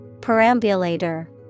Perambulator